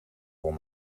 voor